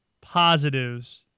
positives